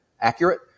accurate